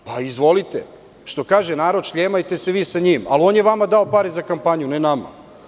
Izvolite, što kaže narod - šljemajte se vi sa njim, ali on je vama dao pare za kampanju, a ne nama.